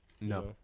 No